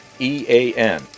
EAN